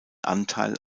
anteil